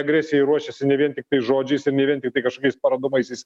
agresijai ruošiasi ne vien tiktai žodžiais ir ne vien tiktai kažkokiais parodomaisiais